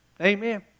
Amen